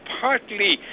partly